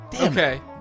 Okay